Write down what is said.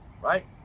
right